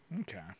Okay